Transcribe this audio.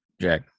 Jack